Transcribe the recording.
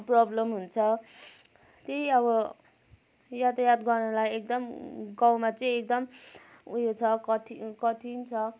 problem हुन्छ त्यही अब यातायात गर्नलाई एकदम गाउँमा चाहिँ एकदम उयो छ कठिन कठिन छ